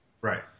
Right